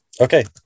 Okay